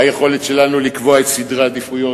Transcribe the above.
היכולת שלנו לקבוע את סדרי העדיפויות,